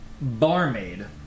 barmaid